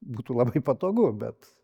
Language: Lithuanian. būtų labai patogu bet